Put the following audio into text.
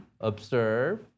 observe